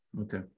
okay